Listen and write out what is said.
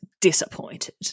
disappointed